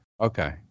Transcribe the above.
Okay